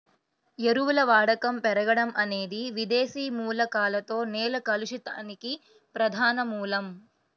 ఎరువుల వాడకం పెరగడం అనేది విదేశీ మూలకాలతో నేల కలుషితానికి ప్రధాన మూలం